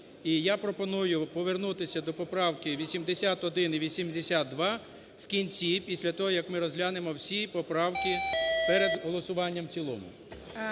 І я пропоную повернутися до поправки 81 і 82 в кінці після того як ми розглянемо всі поправки перед голосуванням в цілому.